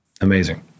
amazing